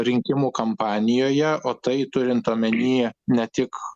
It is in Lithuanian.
rinkimų kampanijoje o tai turint omeny ne tik